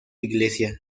iglesia